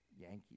Yankees